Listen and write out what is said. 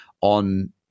on